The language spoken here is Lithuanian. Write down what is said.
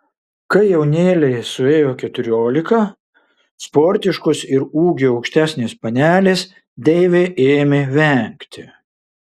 kai jaunėlei suėjo keturiolika sportiškos ir ūgiu aukštesnės panelės deivė ėmė vengti